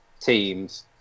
teams